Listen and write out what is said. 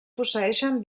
posseeixen